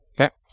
Okay